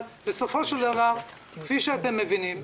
בסופו של דבר כפי שאתם מבינים,